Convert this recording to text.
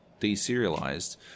deserialized